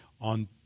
on